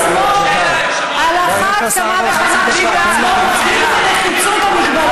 על אחת כמה וכמה כשהוא עצמו, אפשר לשאול שאלה?